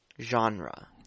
genre